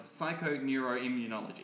psychoneuroimmunology